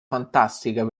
fantastica